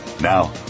Now